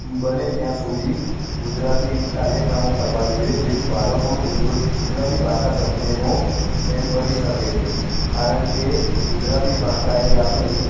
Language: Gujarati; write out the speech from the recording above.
બને ત્યાં સુધી ગુજરાતી કાર્યક્રમો કરવા જોઈએ જેથી બાળકોનું ગુજરો ગુજરાતી ભાષા પ્રત્યેનો પ્રેમ વધી શકે છે કારણ કે ગુજરાતી ભાષા એ આપણી